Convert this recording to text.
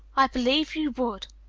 i believe you would!